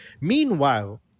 Meanwhile